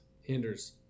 Hinders